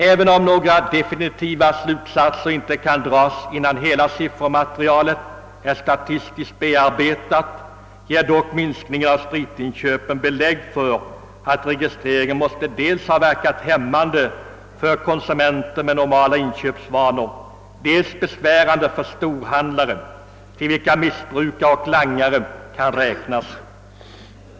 Även om några definitiva slutsatser inte kan dras innan hela siffermaterialet är statistiskt bearbetat ger dock minskningen av spritinköpen belägg för att registreringen måste dels ha verkat hämmande för konsumenter med normala inköpsvanor, dels ha varit besvärande för storhandlare, till vilka missbrukare och langare kan räknas.